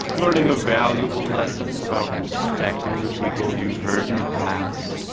learning a valuable lesson about respecting the people you've hurt in the past?